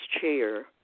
chair